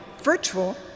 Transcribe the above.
virtual